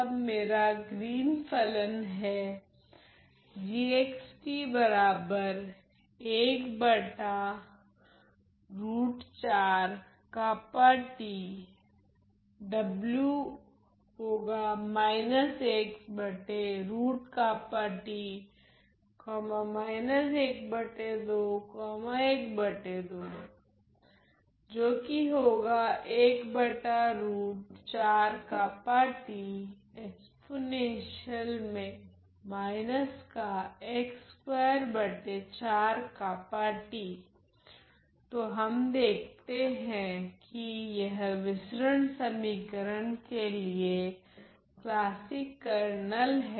तब मेरा ग्रीन फलन हैं तो हम देखते है कि यह विसरण समीकरण के लिए क्लासिक केरनल हैं